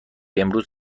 امروز